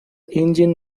engine